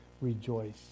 rejoice